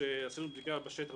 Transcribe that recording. עשינו בדיקה בשטח,